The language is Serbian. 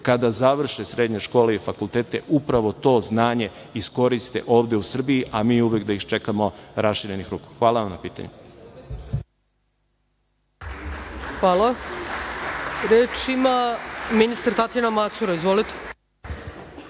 kada završe srednje škole i fakultete upravo to znanje iskoriste ovde u Srbiji, a mi uvek da ih čekamo raširenih ruku. Hvala lepo. **Ana Brnabić** Hvala. Reč ima ministar Tatjana Macura.